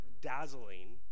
dazzling